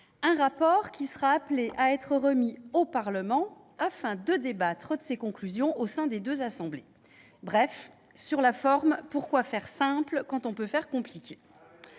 un rapport qui sera appelé à être remis au Parlement, afin de débattre de ses conclusions au sein des deux assemblées. Bref, pourquoi faire simple quand on peut faire compliqué ?